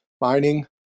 mining